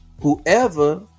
Whoever